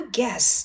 guess